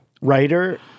writer